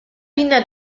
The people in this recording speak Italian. pinna